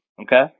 Okay